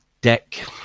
deck